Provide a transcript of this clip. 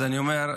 אז אני אומר,